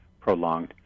prolonged